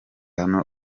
hano